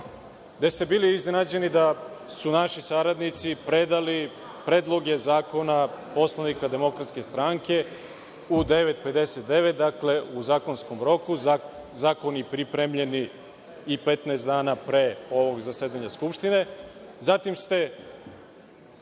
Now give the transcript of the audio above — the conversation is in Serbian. gde ste bili iznenađeni da su naši saradnici predali predloge zakona poslanika Demokratske stranke u 9.59 časova, dakle u zakonskom roku, zakoni pripremljeni i 15 dana pre ovog zasedanja Skupštine. Zatim ste,